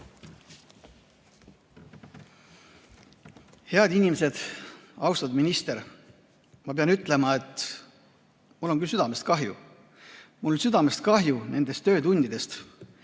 Head inimesed! Austatud minister! Ma pean ütlema, et mul on südamest kahju. Mul on südamest kahju nendest töötundidest,